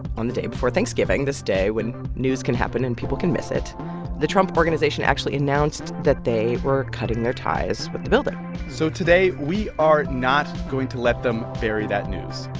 on the day before thanksgiving this day when news can happen and people can miss it the trump organization actually announced that they were cutting their ties with the building so today we are not going to let them bury that news.